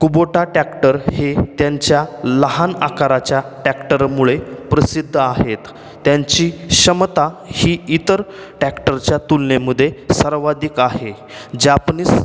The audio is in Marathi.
कुबोटा टॅक्टर हे त्यांच्या लहान आकाराच्या टॅक्टरमुळे प्रसिद्ध आहेत त्यांची क्षमता ही इतर टॅक्टरच्या तुलनेमध्ये सर्वाधिक आहे जापनीस